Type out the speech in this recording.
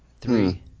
Three